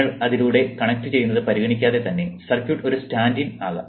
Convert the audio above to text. നിങ്ങൾ അതിലൂടെ കണക്റ്റുചെയ്യുന്നത് പരിഗണിക്കാതെ തന്നെ സർക്യൂട്ട് ഒരു സ്റ്റാൻഡ് ഇൻ ആകാം